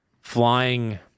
flying